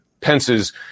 Pence's